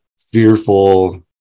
fearful